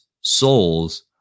souls